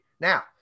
Now